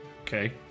Okay